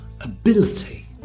ability